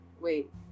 wait